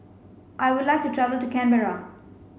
I would like to travel to Canberra